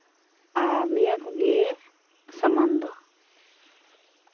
ᱟᱨ ᱱᱤᱭᱟᱹ ᱠᱚᱜᱮ ᱥᱟᱢᱟᱱ ᱫᱚ